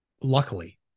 luckily